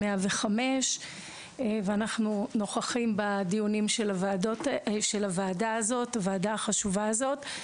105. אנחנו נוכחים בדיונים של הוועדה החשובה הזאת.